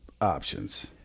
options